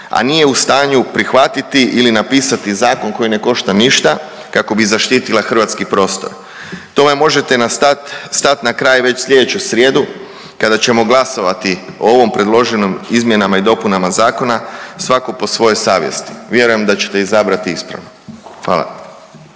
a nije u stanju prihvatiti ili napisati zakon koji ne košta ništa kako bi zaštitila hrvatski prostore. Tome možete stat na kraj već sljedeću srijedu kada ćemo glasovati o ovom predloženom izmjenama i dopunama zakona svako po svojoj savjesti, vjerujem da ćete izabrati ispravno. Hvala.